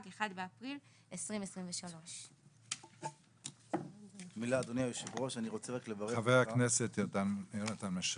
1 באפריל 2023. חבר הכנסת יונתן מישרקי.